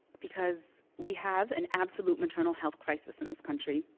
because we have an absolute maternal health crisis in this country.